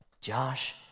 Josh